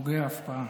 פוגע אף פעם.